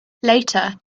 later